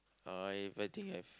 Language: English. uh I I think have